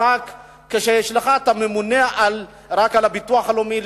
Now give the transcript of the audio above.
כשיש לך הממונה רק על הביטוח הלאומי,